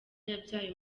yabyaye